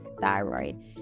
thyroid